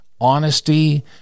honesty